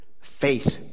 faith